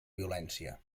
violència